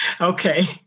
Okay